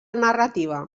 narrativa